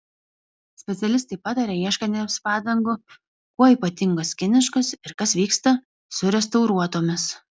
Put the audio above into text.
specialistai pataria ieškantiems padangų kuo ypatingos kiniškos ir kas vyksta su restauruotomis